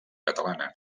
catalana